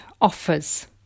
offers